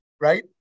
right